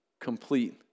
complete